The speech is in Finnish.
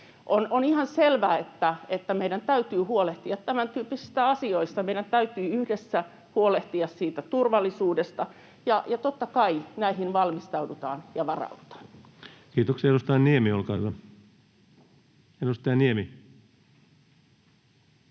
On ihan selvää, että meidän täytyy huolehtia tämäntyyppisistä asioista. Meidän täytyy yhdessä huolehtia turvallisuudesta, ja totta kai näihin valmistaudutaan ja varaudutaan. Kiitoksia. — Edustaja Niemi, olkaa hyvä.